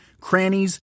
crannies